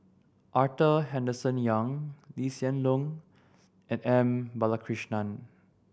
Arthur Henderson Young Lee Hsien Loong and M Balakrishnan